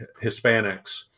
Hispanics